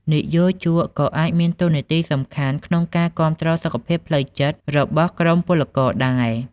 និយោជកក៏អាចមានតួនាទីសំខាន់ក្នុងការគាំទ្រសុខភាពផ្លូវចិត្តរបស់ក្រុមពលករដែរ។